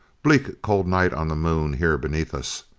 bleak cold night on the moon here beneath us.